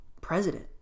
president